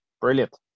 Brilliant